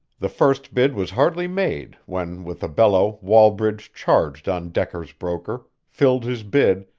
the first bid was hardly made when with a bellow wallbridge charged on decker's broker, filled his bid,